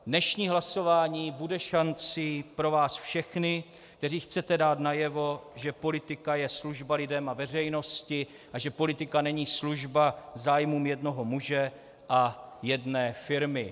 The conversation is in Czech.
Dnešní hlasování bude šancí pro vás všechny, kteří chcete dát najevo, že politika je služba lidem a veřejnosti a že politika není služba zájmům jednoho muže a jedné firmy.